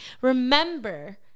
Remember